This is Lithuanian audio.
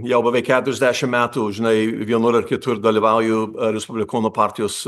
jau beveik keturiasdešim metų žinai vienur ar kitur dalyvauju respublikonų partijos